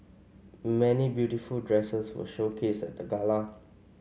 many beautiful dresses were showcased at the gala